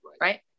Right